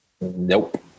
Nope